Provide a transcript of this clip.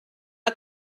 not